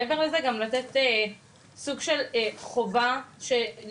גם הורים משתמשים בקנאביס ובוא נגיד שזה לא לגלי,